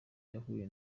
yahuye